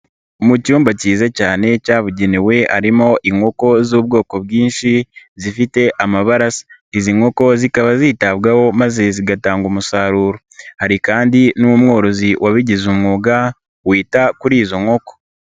Mu cyumba kize cyane cyabugenewe harimo inkoko z'ubwoko bwinshi zifite amabara asa, izi nkoko zikaba zitabwaho maze zigatanga umusaruro, hari kandi n'umworozi wabigize umwuga wita kuri izo nkoko.